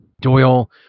Doyle